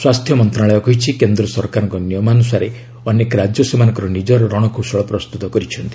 ସ୍ୱାସ୍ଥ୍ୟ ମନ୍ତ୍ରଣାଳୟ କହିଛି କେନ୍ଦ୍ର ସରକାରଙ୍କ ନିୟମାନୁସାରେ ଅନେକ ରାଜ୍ୟ ସେମାନଙ୍କର ନିଜର ରଣକୌଶଳ ପ୍ରସ୍ତୁତ କରିଛନ୍ତି